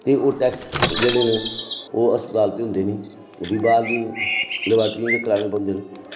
ते ओह् टैस्ट जेह्ड़े न ओह् अस्पताल च होंदे निं बाहर भी लैबार्ट्री च कराने पौंदे